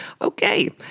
Okay